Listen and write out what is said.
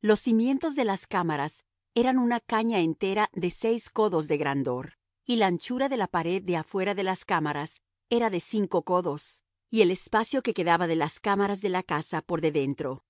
los cimientos de las cámaras eran una caña entera de seis codos de grandor y la anchura de la pared de afuera de las cámaras era de cinco codos y el espacio que quedaba de las cámaras de la casa por de dentro